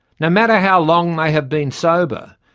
no matter how long they have been sober,